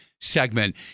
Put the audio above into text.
segment